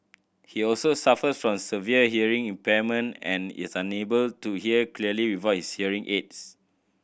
he also suffers from severe hearing impairment and is unable to hear clearly without hearing aids